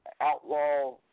Outlaw